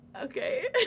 Okay